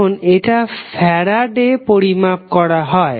এখন এটা ফ্যারাড এ পরিমাপ করা হয়